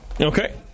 Okay